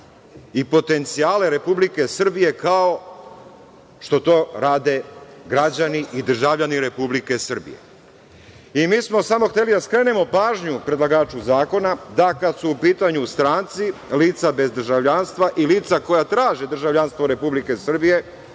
i potencijal Republike Srbije kao što rade građani i državljani Republike Srbije. Mi smo samo hteli da skrenemo pažnju predlagaču zakona da kada su u pitanju stranci, lica bez državljanstva i lica koja traže državljanstvo Republike Srbije,